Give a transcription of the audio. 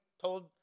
told